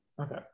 Okay